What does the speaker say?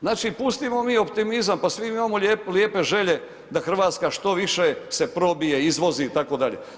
Znači pustimo mi optimizam pa svi mi imamo lijepe želje da Hrvatska što više se probije, izvozi itd.